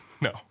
No